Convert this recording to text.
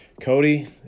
cody